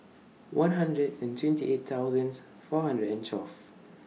one hundred and twenty eight thousands four hundred and twelve